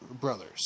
Brothers